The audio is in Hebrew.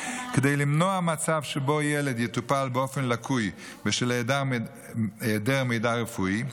כדי למנוע מצב שבו ילד יטופל באופן לקוי בשל היעדר מידע רפואי,